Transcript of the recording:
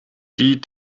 die